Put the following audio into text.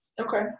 Okay